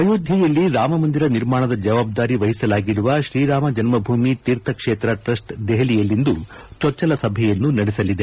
ಅಯೋಧ್ವೆಯಲ್ಲಿ ರಾಮಮಂದಿರ ನಿರ್ಮಾಣದ ಜವಾಬ್ದಾರಿ ವಹಿಸಲಾಗಿರುವ ಶ್ರೀ ರಾಮ ಜನ್ಮಭೂಮಿ ತೀರ್ಥಕ್ಷೇತ್ರ ಟ್ರಸ್ಟ್ ದೆಹಲಿಯಲ್ಲಿಂದು ಚೊಚ್ಚಲ ಸಭೆಯನ್ನು ನಡೆಸಲಿದೆ